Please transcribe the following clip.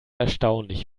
erstaunlich